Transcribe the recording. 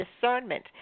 discernment